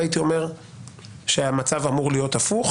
הייתי אומר שהמצב אמור להיות הפוך,